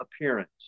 appearance